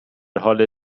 حال